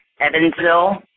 Evansville